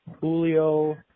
Julio